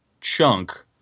chunk